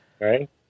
Right